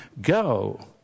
Go